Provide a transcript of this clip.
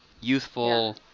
youthful